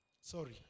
Sorry